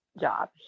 job